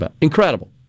Incredible